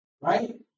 Right